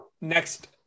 Next